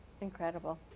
Incredible